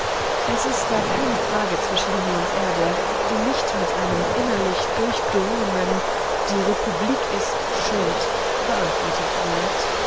es ist da keine frage zwischen himmel und erde die nicht mit einem innerlich durchdrungenen die republik ist schuld beantwortet wird